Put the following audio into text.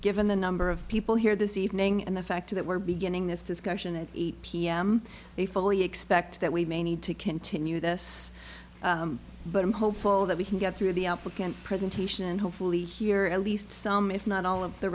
given the number of people here this evening and the fact that we're beginning this discussion at eight pm they fully expect that we may need to continue this but i'm hopeful that we can get through the applicant presentation hopefully hear at least some if not all of the